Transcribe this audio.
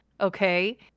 okay